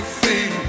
see